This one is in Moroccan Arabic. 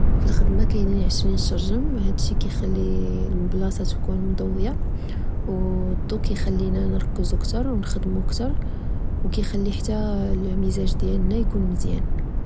في الخدمة، كاين عشرين شرجم، هاد الشي كخلي البلاصة تكون مضوية، والصو كخلينا نركزو كتر ونخدمو كتر ، وكخلي حتا المزاج ديالنا يكون مزيان